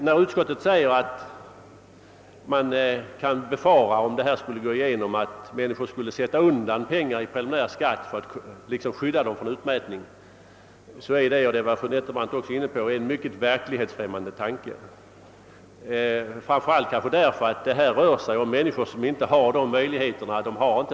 När utskottet skriver att det, om mitt förslag genomfördes, kunde befaras ati människor skulle sätta undan pengar i preliminär skatt för att skydda sig för utmätning, så är det — och det var fru Nettelbrandt också inne på — en helt verklighetsfrämmande tanke, framför allt därför att det rör sig om människor som inte har några möjligheter härvidlag.